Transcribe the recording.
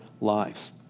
lives